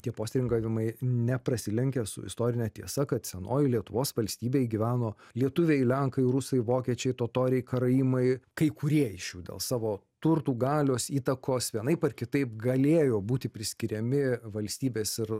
tie postringavimai neprasilenkia su istorine tiesa kad senojoj lietuvos valstybėj gyveno lietuviai lenkai rusai vokiečiai totoriai karaimai kai kurie iš jų dėl savo turtų galios įtakos vienaip ar kitaip galėjo būti priskiriami valstybės ir